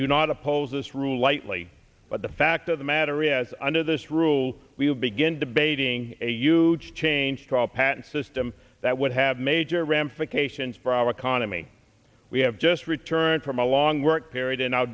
do not oppose this rule lightly but the fact of the matter is under this rule we would begin debating a huge change to our patent system that would have major ramifications for our economy we have just returned from a long work period in our